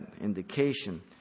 indication